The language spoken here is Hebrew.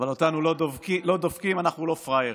אבל אותנו לא דופקים, אנחנו לא פראיירים.